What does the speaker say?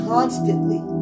Constantly